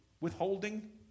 withholding